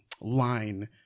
line